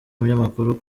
umunyamakuru